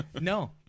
No